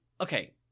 okay